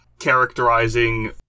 characterizing